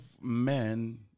men